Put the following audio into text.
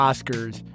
Oscars